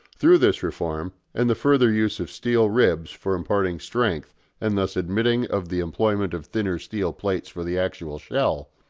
through this reform, and the further use of steel ribs for imparting strength and thus admitting of the employment of thinner steel plates for the actual shell,